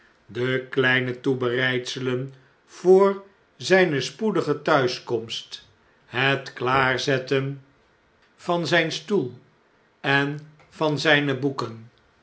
de kleine toebereidselen voor zijne spoedige thuiskomst het klaarzetten van zgn stoel en van zijne boeken